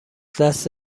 دست